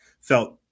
felt